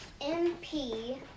MP